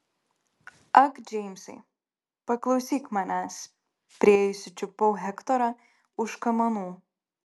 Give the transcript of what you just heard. ak džeimsai paklausyk manęs priėjusi čiupau hektorą už kamanų